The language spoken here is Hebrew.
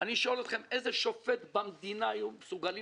אני שואל אתכם: איזה שופט במדינה היו מסוגלים